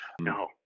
No